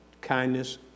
kindness